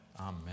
amen